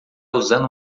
usando